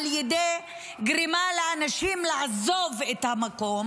על ידי גרימה לאנשים לעזוב את המקום.